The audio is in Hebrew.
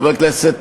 חבר הכנסת